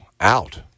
out